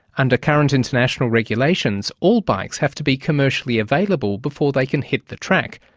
under current international regulations, all bikes have to be commercially available before they can hit the track,